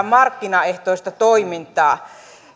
markkinaehtoista toimintaa